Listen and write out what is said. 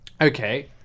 Okay